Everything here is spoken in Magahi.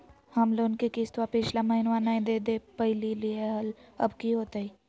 हम लोन के किस्तवा पिछला महिनवा नई दे दे पई लिए लिए हल, अब की होतई?